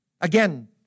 Again